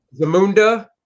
Zamunda